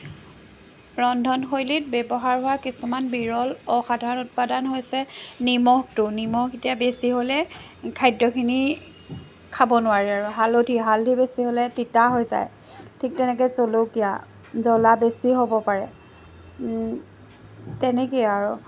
ৰন্ধনশৈলীত ব্যৱহাৰ হোৱা কিছুমান বিৰল অসাধাৰণ উৎপাদান হৈছে নিমখটো নিমখ এতিয়া বেছি হ'লে খাদ্যখিনি খাব নোৱাৰি আৰু হালধি হালধি বেছি হ'লে তিতা হৈ যায় ঠিক তেনেকৈ জলকীয়া জ্বলা বেছি হ'ব পাৰে তেনেকেই আৰু